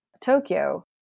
Tokyo